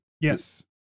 Yes